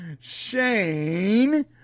shane